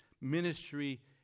ministry